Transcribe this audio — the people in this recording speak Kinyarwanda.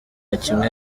kimwe